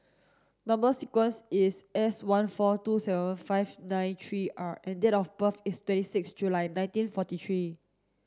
number sequence is S one four two seven five nine three R and date of birth is twenty six July nineteen forty three